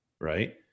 right